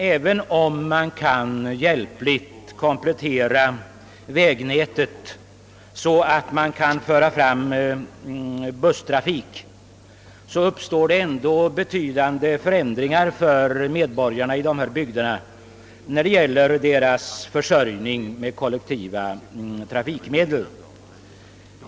Även om man hjälpligt kan komplettera vägnätet så att det lämpar sig för busstrafik, uppstår ändå betydande förändringar för medborgarna i berörda bygder i fråga om deras försörjning med kollektiva trafikmedel.